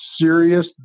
serious